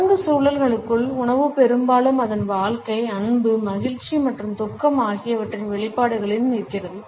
சடங்கு சூழல்களுக்குள் உணவு பெரும்பாலும் அதன் வாழ்க்கை அன்பு மகிழ்ச்சி மற்றும் துக்கம் ஆகியவற்றின் வெளிப்பாடுகளில் நிற்கிறது